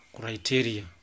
criteria